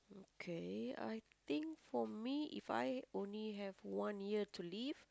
okay I think for me If I only have one year to live